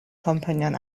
companion